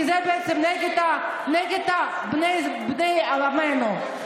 כי זה בעצם נגד בני עמנו.